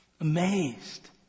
amazed